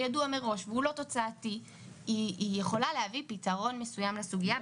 ידוע מראש והוא לא תוצאתי היא יכולה להביא פתרון מסוים לסוגיה,